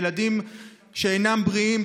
ילדים שאינם בריאים,